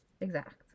exact